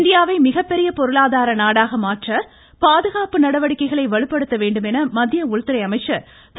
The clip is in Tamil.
இந்தியாவை மிகப்பெரிய பொருளாதார நாடாக மாற்ற பாதுகாப்பு நடவடிக்கைகளை வலுப்படுத்த வேண்டும் என மத்திய உள்துறை அமைச்சர் திரு